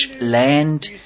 land